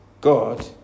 God